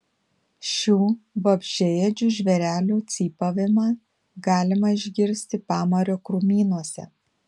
šių vabzdžiaėdžių žvėrelių cypavimą galima išgirsti pamario krūmynuose